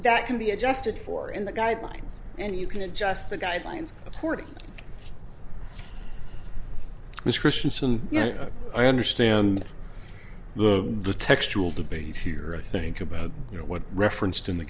that can be adjusted for in the guidelines and you can adjust the guidelines according to this christianson yes i understand the the textual debate here i think about you know what referenced in the